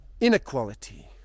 inequality